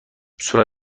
صورت